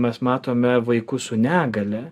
mes matome vaikus su negalia